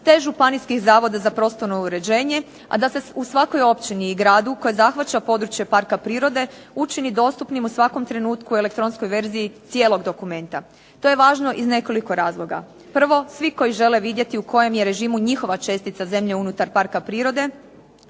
te županijskih Zavoda za prostorno uređenje, a da se u svakoj općini i gradu koje zahvaća područje parka prirode učini dostupnim u svakom trenutku u elektronskoj verziji cijelog dokumenta. To je važno iz nekoliko razloga. Prvo, svi koji žele vidjeti u kojem je režimu njihova čestica zemlje unutar parka prirode